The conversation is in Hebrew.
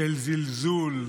של זלזול,